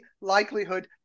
likelihood